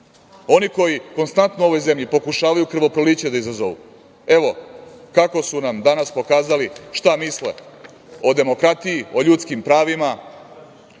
Oni koji konstantno u ovoj zemlji pokušavaju krvoproliće da izazovu, evo, kako su nam danas pokazali šta misle o demokratiji, o ljudskim pravima,